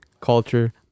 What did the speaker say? culture